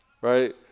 Right